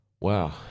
Wow